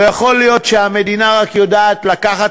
לא יכול להיות שהמדינה רק יודעת לקחת